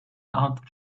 out